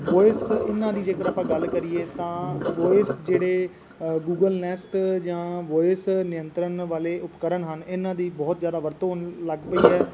voice ਇਹਨਾਂ ਦੀ ਜੇਕਰ ਆਪਾਂ ਗੱਲ ਕਰੀਏ ਤਾਂ ਵੋਇਸ ਜਿਹੜੇ ਗੂਗਲ ਨੈਸਟ ਜਾਂ ਵੋਇਸ ਨਿਯੰਤਰਣ ਵਾਲੇ ਉਪਕਰਨ ਹਨ ਇਹਨਾਂ ਦੀ ਬਹੁਤ ਜ਼ਿਆਦਾ ਵਰਤੋਂ ਹੋਣ ਲੱਗ ਪਈ ਹੈ